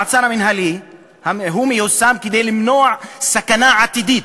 המעצר המינהלי מיושם כדי למנוע סכנה עתידית,